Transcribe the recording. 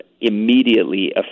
immediately